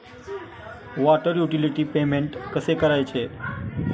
Water utility payment कसे करायचे?